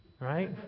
right